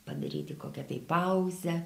padaryti kokią tai pauzę